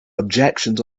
objections